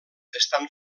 estan